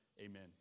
Amen